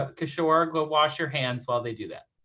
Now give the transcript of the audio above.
ah kishore, go wash your hands while they do that.